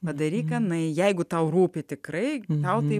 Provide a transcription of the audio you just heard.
padaryk anai jeigu tau rūpi tikrai naudai